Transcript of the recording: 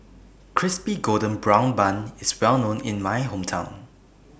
Crispy Golden Brown Bun IS Well known in My Hometown